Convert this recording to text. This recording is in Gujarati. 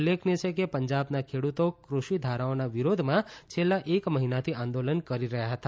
ઉલ્લેખનીય છે કે પંજાબના ખેડૂતો કૃષિ ધારાઓના વિરોધમાં છેલ્લા એક મહિનાથી આંદોલન કરી રહ્યા હતા